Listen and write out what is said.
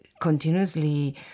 continuously